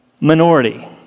minority